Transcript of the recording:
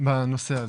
בנושא הזה.